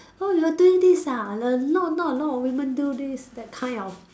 oh you are doing this ah n~ not not a lot of women do this that kind of